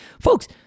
Folks